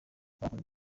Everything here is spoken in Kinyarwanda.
abakunze